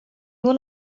nur